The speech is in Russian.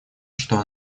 что